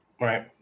Right